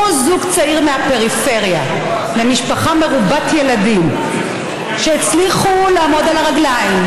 כל זוג צעיר מהפריפריה ממשפחה מרובת ילדים שהצליח לעמוד על הרגליים,